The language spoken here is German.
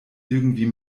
irgendwie